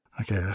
Okay